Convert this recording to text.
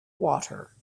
water